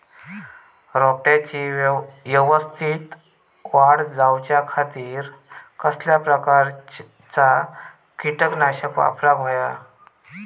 रोपट्याची यवस्तित वाढ जाऊच्या खातीर कसल्या प्रकारचा किटकनाशक वापराक होया?